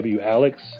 Alex